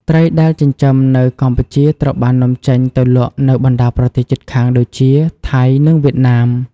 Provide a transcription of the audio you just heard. ត្រីដែលចិញ្ចឹមនៅកម្ពុជាត្រូវបាននាំចេញទៅលក់នៅបណ្តាប្រទេសជិតខាងដូចជា ថៃ និងវៀតណាម។